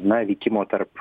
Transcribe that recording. na vykimo tarp